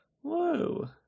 Whoa